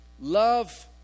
Love